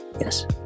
yes